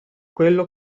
quello